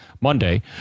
Monday